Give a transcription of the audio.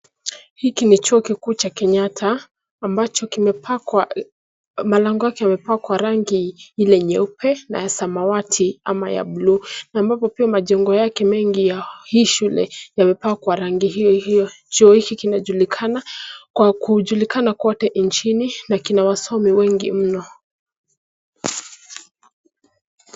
Hiki ni chuo kikuu cha Kenyatta ambacho kimepakwa malango yake yamepekwa kwa rangi ile nyeupe na ya samawati ama ya bluu ambapo pia majengo yake mengi ya hii shule yamepakwa rangi hiyo hiyo. Chuo hiki kinajulikana kwa kujulikana kwote nchini na kina wasomi wengi mno.